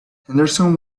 henderson